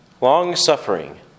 long-suffering